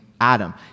Adam